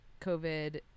COVID